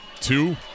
Two